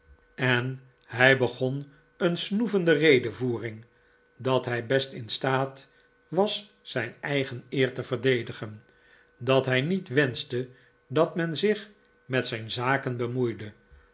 en hij begon een snoevende redevoering dat hij best in staat was zijn eigen eer te verdedigen dat hij niet wenschte dat men zich met zijn zaken bemoeide